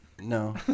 No